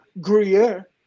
Gruyere